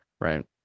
right